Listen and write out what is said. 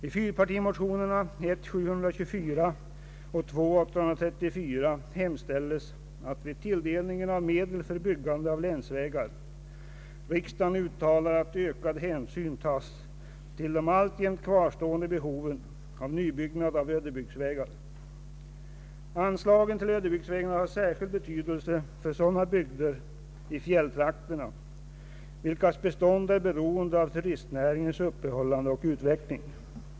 I fyrpartimotionerna I: 724 och II: 834 hemställes att riksdagen vid tilldelningen av medel för byggande av länsvägar uttalar att ökad hänsyn tages till det alltjämt kvarstående behovet av nybyggnad av ödebygdsvägar. Anslagen till ödebygdsvägar har särskild betydelse för sådana bygder i fjälltrakterna vilkas bestånd är beroende av turistnäringens uppehållande och utveckling.